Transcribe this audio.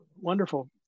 wonderful